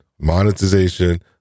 monetization